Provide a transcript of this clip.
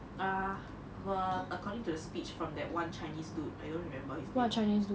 err were according to the speech from that one chinese dude I don't remember his name